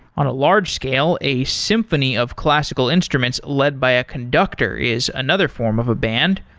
on a large scale a symphony of classical instruments led by a conductor is another form of a band.